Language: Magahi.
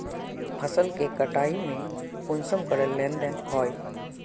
फसल के कटाई में कुंसम करे लेन देन होए?